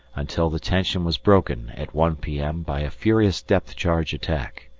until the tension was broken at one p m. by a furious depth-charge attack.